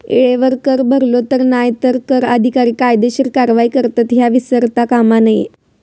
येळेवर कर भरलो नाय तर कर अधिकारी कायदेशीर कारवाई करतत, ह्या विसरता कामा नये